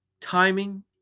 Timing